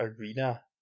Arena